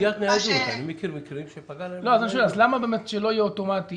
--- אז למה באמת שלא יהיה אוטומטי?